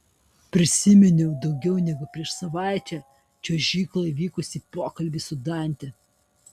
prisiminiau daugiau negu prieš savaitę čiuožykloje vykusį pokalbį su dante